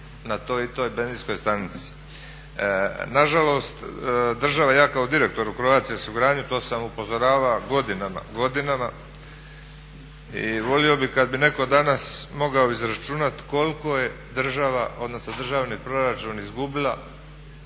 na toj i toj benzinskoj stanici. Nažalost, država i ja kao direktor u Croatia osiguranju to sam upozoravao godinama i volio bih kad bi netko danas mogao izračunat koliko je država odnosno državni proračun izgubila